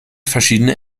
verschiedene